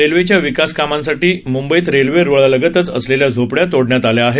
रेल्वेच्या विकास कामांसाठी मुंबईत रेल्वे रुळालगतच असलेल्या झोपड्या तोडण्यात आल्या आहेत